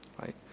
Right